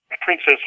Princess